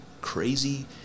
crazy